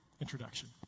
introduction